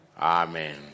Amen